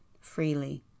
freely